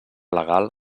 legal